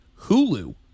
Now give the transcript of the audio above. Hulu